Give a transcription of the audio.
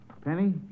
Penny